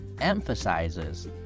emphasizes